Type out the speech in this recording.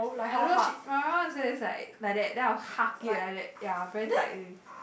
I don't know she my mum is like like that then I'll hug it like that ya very tightly